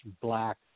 black